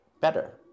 better